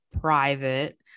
private